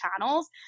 channels